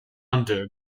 under